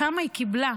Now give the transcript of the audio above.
כמה היא קיבלה,